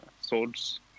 swords